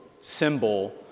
symbol